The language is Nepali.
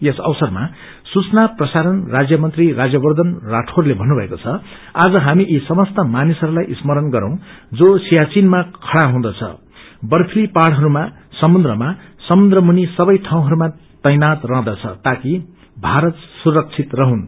यस अवसरमा सूचना प्रसारण राज्य मंत्री राज्यवर्धन राठौड़ले भन्नुभएको छ आज हामी यी समस्त मानिसहरूलाई स्मरण गरौँ जो सियाचिनमा खड़ा हुदँछ बर्फीली पहाड़हरूमा समुन्द्रमा समुन्द्र मुनि मसवै ठाउँहरूमा तैनात रहदँछ ताकि भारत सुरक्षित रहुन्